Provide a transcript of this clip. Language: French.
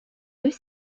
deux